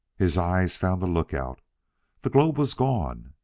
his eyes found the lookout the globe was gone.